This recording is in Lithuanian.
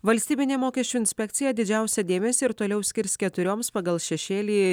valstybinė mokesčių inspekcija didžiausią dėmesį ir toliau skirs keturioms pagal šešėlį